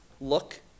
look